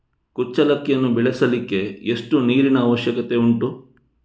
ಕುಚ್ಚಲಕ್ಕಿಯನ್ನು ಬೆಳೆಸಲಿಕ್ಕೆ ಎಷ್ಟು ನೀರಿನ ಅವಶ್ಯಕತೆ ಉಂಟು?